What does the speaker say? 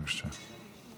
אין שר.